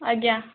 ଆଜ୍ଞା